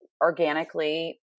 organically